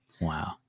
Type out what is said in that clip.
Wow